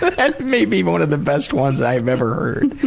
but that may be one of the best ones i've ever heard.